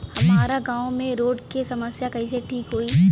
हमारा गाँव मे रोड के समस्या कइसे ठीक होई?